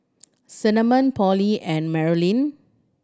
Cinnamon Pollie and Marolyn